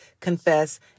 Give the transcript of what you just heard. confess